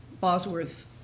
Bosworth